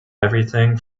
everything